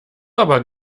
aber